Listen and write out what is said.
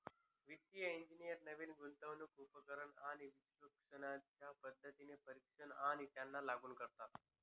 वित्तिय इंजिनियर नवीन गुंतवणूक उपकरण आणि विश्लेषणाच्या पद्धतींचे परीक्षण आणि त्यांना लागू करतात